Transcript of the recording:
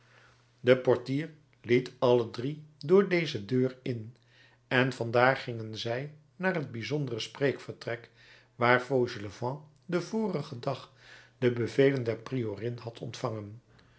de portier liet alle drie door deze deur in en van daar gingen zij naar het bijzondere spreekvertrek waar fauchelevent den vorigen dag de bevelen der priorin had ontvangen